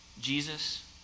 Jesus